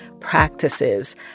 practices